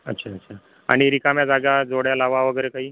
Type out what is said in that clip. अच्छा अच्छा आणि रिकाम्या जागा जोड्या लावा वगैरे काही